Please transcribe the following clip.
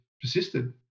persisted